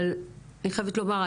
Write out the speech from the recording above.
אבל אני חייבת לומר,